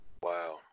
Wow